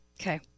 Okay